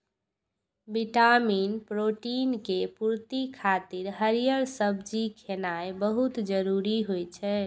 vitamin, protein के पूर्ति खातिर हरियर सब्जी खेनाय बहुत जरूरी होइ छै